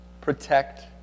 protect